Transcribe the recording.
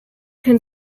can